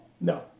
No